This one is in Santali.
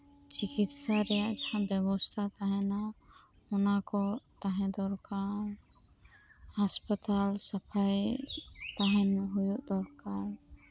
ᱪᱤᱠᱤᱛᱥᱟ ᱨᱮᱭᱟᱜ ᱡᱟᱦᱟᱸ ᱵᱮᱵᱚᱥᱛᱟ ᱛᱮᱦᱮᱱᱟ ᱚᱱᱟᱠᱩ ᱛᱟᱦᱮᱸ ᱫᱚᱨᱠᱟᱨ ᱦᱟᱸᱥᱯᱟᱛᱟᱞ ᱥᱟᱯᱷᱟᱭ ᱛᱟᱦᱮᱱ ᱦᱩᱭᱩᱜ ᱫᱚᱨᱠᱟᱨ